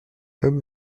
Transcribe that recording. homme